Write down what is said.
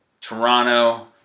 Toronto